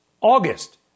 August